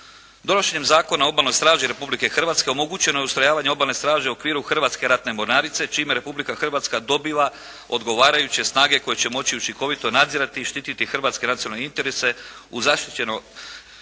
Donošenjem Zakona o Obalnoj straži Republike Hrvatske omogućeno je ustrojavanje Obalne straže u okviru Hrvatske ratne mornarice, čime Republika Hrvatska dobiva odgovarajuće snage koje će moći učinkovito nadzirati i štititi hrvatske racionalne interese u Zaštićenom